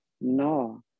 no